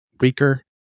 weaker